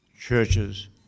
churches